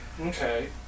Okay